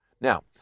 Now